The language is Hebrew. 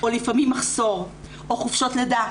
או לפעמים מחסור, או חופשות לידה.